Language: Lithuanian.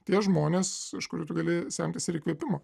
tie žmonės iš kurių tu gali semtis ir įkvėpimo